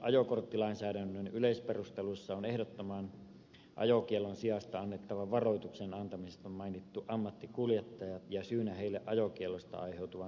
ajokorttilainsäädännön yleisperusteluissa on ehdottoman ajokiellon sijasta annettavan varoituksen antamisessa mainittu ammattikuljettajat ja syynä heille ajokiellosta aiheutuvan seuraamuksen kohtuullistaminen